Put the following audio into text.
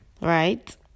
right